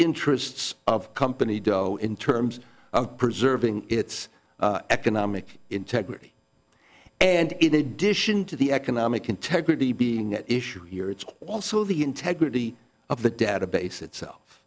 interests of company dough in terms of preserving its economic integrity and in addition to the economic integrity being at issue here it's also the integrity of the data base itself